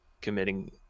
committing